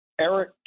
Eric